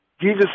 Jesus